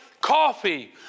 coffee